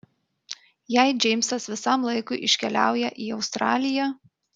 jei džeimsas visam laikui iškeliauja į australiją